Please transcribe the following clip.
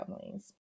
families